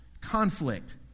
conflict